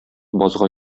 базга